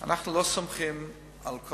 אנחנו לא סומכים אוטומטית על כל